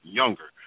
younger